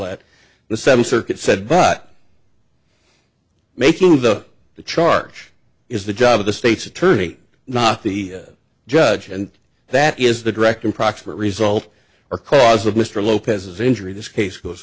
seventh circuit said but making the the charge is the job of the state's attorney not the judge and that is the direct and proximate result or cause of mr lopez's injury this case goes